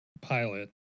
pilot